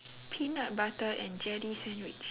peanut butter and jelly sandwich